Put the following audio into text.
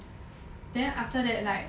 then after that like